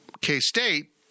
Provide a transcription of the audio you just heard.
k-state